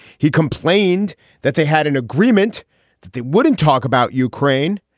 he complained that they had an agreement that they wouldn't talk about ukraine.